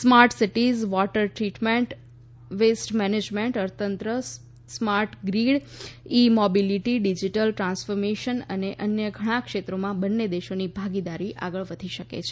smart cities water treatment waste management અર્થતંત્ર smart grid e mobility digital transformation અને અન્ય ઘણા ક્ષેત્રોમાં બંને દેશોની ભાગીદારી આગળ વધી શકે છે